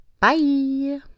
Bye